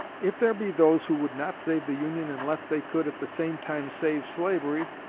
if there be those who would not save the union unless they could at the same time save slavery,